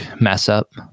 mess-up